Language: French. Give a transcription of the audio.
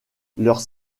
leurs